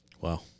Wow